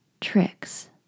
tricks